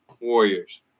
Warriors